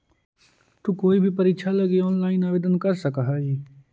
तु कोई भी परीक्षा लगी ऑनलाइन आवेदन कर सकव् हही